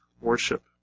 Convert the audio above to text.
worship